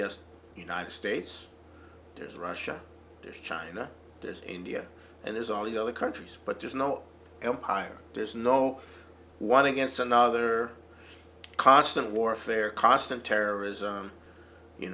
just united states there's russia china is india and there's all these other countries but there's no empire there's no one against another constant warfare constant terrorism you